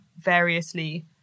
variously